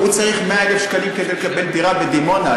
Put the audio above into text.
הוא צריך 100,000 שקלים כדי לקבל דירה בדימונה.